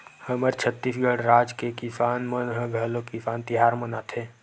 हमर छत्तीसगढ़ राज के किसान मन ह घलोक किसान तिहार मनाथे